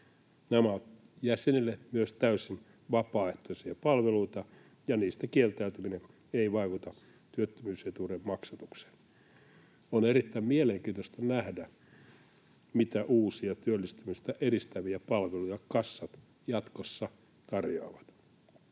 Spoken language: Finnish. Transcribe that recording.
Nämä ovat jäsenille myös täysin vapaaehtoisia palveluita, ja niistä kieltäytyminen ei vaikuta työttömyysetuuden maksatukseen. On erittäin mielenkiintoista nähdä, mitä uusia työllistymistä edistäviä palveluja kassat jatkossa tarjoavat.